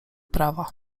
prawa